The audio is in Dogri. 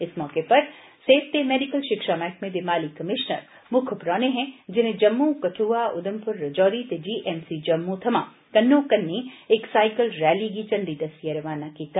इस मौके पर सेहत ते मेडिकल शिक्षा मैह्कमे दे माली कमीशनर मुक्ख परौह्ने हे जिनें जम्मू कठुआ उधमपुर राजौरी ते जीएमसी जम्मू थमां कन्नोकन्नी इक सैकल रैली गी झंडी दस्सियै रवाना कीता